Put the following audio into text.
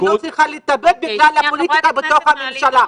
לא צריכה להתאבד בגלל הפוליטיקה בתוך הממשלה.